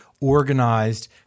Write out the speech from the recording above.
organized